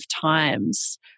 times